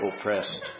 oppressed